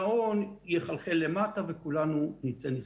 לחלק רווחים ומבצעים כאלה ואחרים כי אם לא אז לא נעודד אותם,